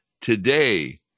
today